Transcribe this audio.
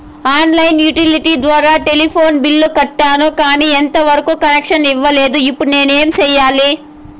On line utility ద్వారా telephone bill కట్టాను, కానీ ఎంత వరకు కనెక్షన్ ఇవ్వలేదు, ఇప్పుడు నేను ఏమి సెయ్యాలి?